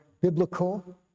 biblical